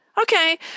Okay